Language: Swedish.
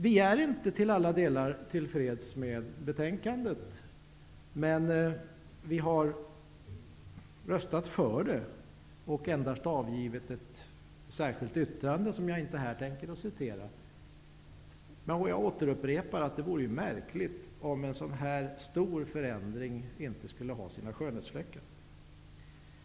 Vi är inte till alla delar till freds med betänkandet, men vi har tillstyrkt utskottets förslag och endast avgivit ett särskilt yttrande, som jag inte tänker citera här. Jag upprepar bara att det vore märkligt om en sådan här stor förändring inte skulle ha sina skönhetsfläckar.